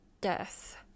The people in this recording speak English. death